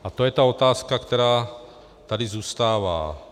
A to je ta otázka, která tady zůstává.